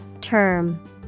Term